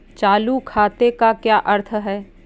चालू खाते का क्या अर्थ है?